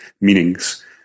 meanings